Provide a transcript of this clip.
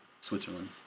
Switzerland